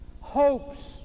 hopes